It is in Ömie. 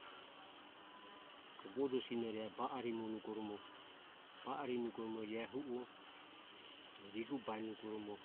Bojo sinore ba arimoromo ba riromo ia e hu o rihubaeromo